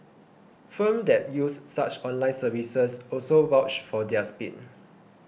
firms that use such online services also vouch for their speed